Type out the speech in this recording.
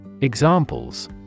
Examples